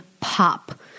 pop